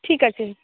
ঠিক আছে